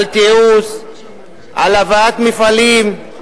על תיעוש, על הבאת מפעלים,